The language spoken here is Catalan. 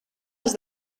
als